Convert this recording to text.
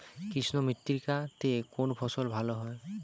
কৃষ্ণ মৃত্তিকা তে কোন ফসল ভালো হয়?